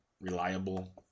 reliable